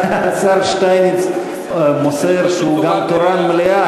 השר שטייניץ מוסר שהוא גם תורן מליאה,